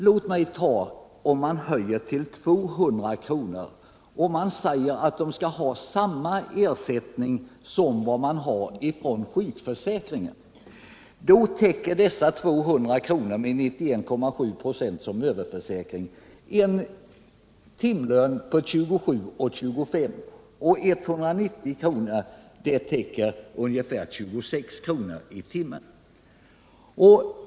Om man höjer ersättningen till 200 kr. och säger att samma ersättning skall utgå vid arbetslöshet som vid sjukdom, täcker dessa 200 kr. med 91,7 26 som överförsäkring en timlön på 27:25, och 190 kr. täcker ungefär en lön på 26 kr. i timmen.